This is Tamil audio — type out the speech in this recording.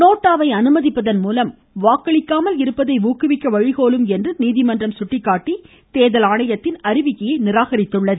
நோட்டாவை அனுமதிப்பதன் மூலம் வாக்களிக்காமல் இருப்பதை உளக்குவிக்க வழிகோலும் என்று நீதிமன்றம் சுட்டிக்காட்டி தேர்தல் ஆணையத்தின் அறிவிக்கையை நிராகரித்தது